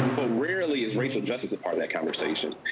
but rarely is racial justice a part of that conversation.